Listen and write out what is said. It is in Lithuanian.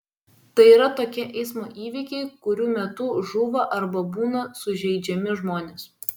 tai yra tokie eismo įvykiai kurių metu žūva arba būna sužeidžiami žmonės